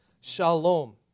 shalom